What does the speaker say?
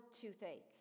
toothache